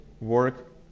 work